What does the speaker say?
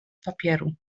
papieru